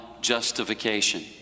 justification